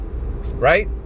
Right